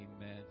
amen